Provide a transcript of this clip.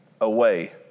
away